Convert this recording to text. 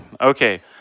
Okay